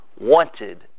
wanted